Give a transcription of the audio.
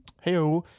hey